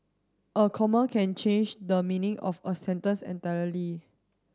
a comma can change the meaning of a sentence entirely